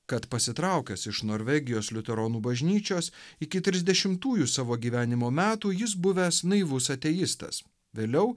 kad pasitraukęs iš norvegijos liuteronų bažnyčios iki trisdešimtųjų savo gyvenimo metų jis buvęs naivus ateistas vėliau